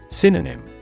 Synonym